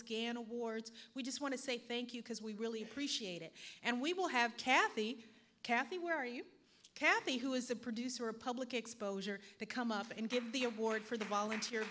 ski and awards we just want to say thank you because we really appreciate it and we will have kathy kathy where are you kathy who is the producer of public exposure to come up and give the award for the volunteer